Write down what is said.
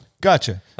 Gotcha